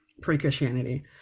pre-Christianity